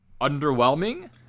underwhelming